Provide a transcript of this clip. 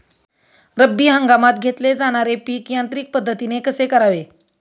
रब्बी हंगामात घेतले जाणारे पीक यांत्रिक पद्धतीने कसे करावे?